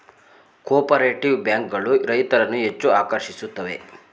cooperative bank ಗಳು ರೈತರನ್ನು ಹೆಚ್ಚು ಆಕರ್ಷಿಸುತ್ತವೆ